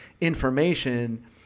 information